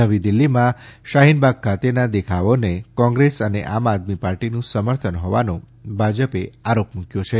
નવીદિલ્લીમાં શાહિનબાગ ખાતેના દેખાવોને કોંગ્રેસ અને આમઆદમી પાર્ટીનું સમર્થન હોવાનો ભાજપે આરોપ મૂક્યો છે